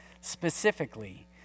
specifically